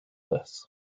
this